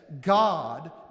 God